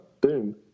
boom